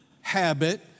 habit